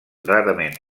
rarament